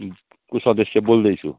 को सदस्य बोल्दैछु